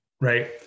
Right